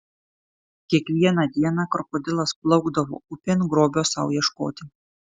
kiekvieną dieną krokodilas plaukdavo upėn grobio sau ieškoti